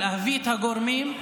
להביא את הגורמים,